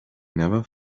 never